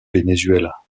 venezuela